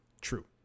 True